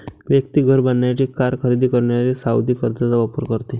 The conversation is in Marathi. व्यक्ती घर बांधण्यासाठी, कार खरेदी करण्यासाठी सावधि कर्जचा वापर करते